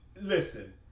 listen